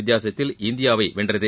வித்தியாசத்தில் இந்தியாவை வென்றது